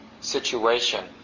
situation